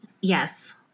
yes